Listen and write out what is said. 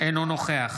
אינו נוכח